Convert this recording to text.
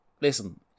Listen